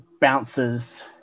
Bounces